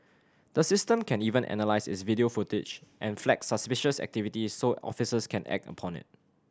the system can even analyse its video footage and flag suspicious activity so officers can act upon it